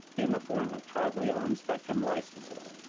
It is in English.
in the form of tribally owned spectrum licenses,